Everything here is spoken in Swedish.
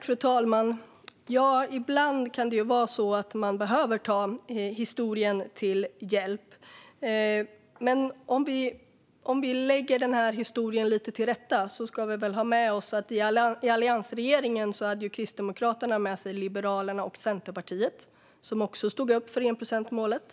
Fru talman! Ja, ibland kan det ju vara så att man behöver ta historien till hjälp. Men om vi lägger historien lite till rätta ska vi väl komma ihåg att Kristdemokraterna hade med sig Liberalerna och Centerpartiet i alliansregeringen. De stod också upp för enprocentsmålet.